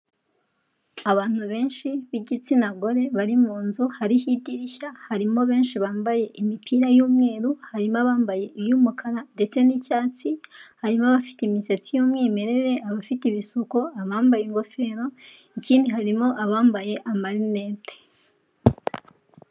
Abantu benshi b'igitsina gore bari mu nzu, hariho idirishya, harimo benshi bambaye imipira y'umweru, harimo abambaye iy'umukara ndetse n'icyatsi, harimo abafite imisatsi y'umwimerere, abafite ibisuko, abambaye ingofero, ikindi harimo abambaye amarinete.